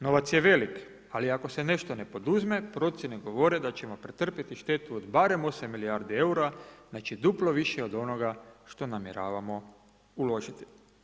Novac je velik, ali ako se nešto ne poduzme procjene govore da ćemo pretrpjeti štetu od barem 8 milijardi eura, znači duplo više od onoga što namjeravamo uložiti.